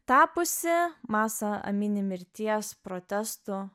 tapusi masa amini mirties protestu